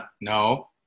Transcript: No